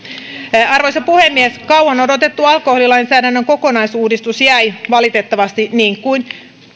arvoisa puhemies kauan odotettu alkoholilainsäädännön kokonaisuudistus jäi valitettavasti niin kuin